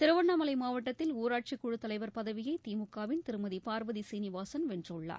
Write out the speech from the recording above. திருவண்ணாமலை மாவட்டத்தில் ஊராட்சி குழுத் தலைவர் பதவியை திமுகவின் திருமதி பார்வதி சீனிவாசன் வென்றுள்ளார்